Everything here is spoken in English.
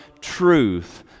truth